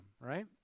right